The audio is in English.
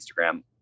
Instagram